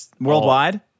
worldwide